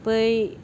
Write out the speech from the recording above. बै